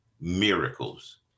miracles